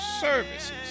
services